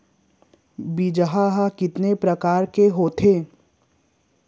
बीज ह कितने प्रकार के होथे?